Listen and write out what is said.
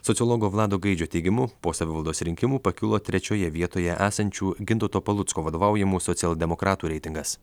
sociologo vlado gaidžio teigimu po savivaldos rinkimų pakilo trečioje vietoje esančių gintauto palucko vadovaujamų socialdemokratų reitingas